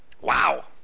wow